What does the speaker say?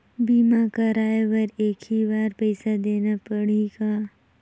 बीमा कराय बर एक ही बार पईसा देना पड़ही का?